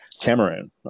Cameroon